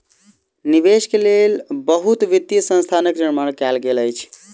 निवेश के लेल बहुत वित्तीय संस्थानक निर्माण कयल गेल अछि